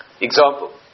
Example